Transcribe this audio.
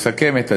שיסכם את הדיון,